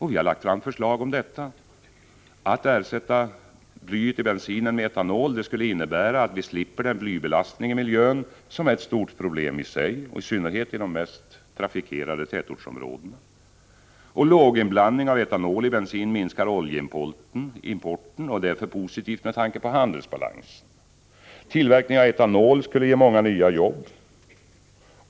Vi har lagt fram förslag om att ersätta blyet i bensinen med etanol, vilket skulle innebära att vi slipper den blybelastning i miljön som är ett stort problem i sig, i synnerhet i de mest trafikerade tätortsområdena. Låginblandning av etanol i bensin minskar oljeimporten och är därför positivt med tanke på handelsbalansen. Tillverkning av etanol skulle ge många nya jobb.